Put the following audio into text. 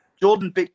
Jordan